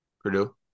Purdue